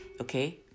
okay